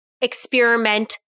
experiment